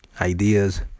ideas